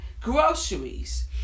groceries